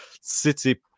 city